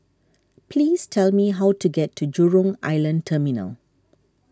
please tell me how to get to Jurong Island Terminal